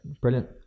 Brilliant